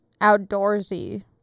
outdoorsy